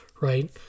right